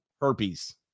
herpes